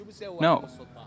No